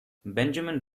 benjamin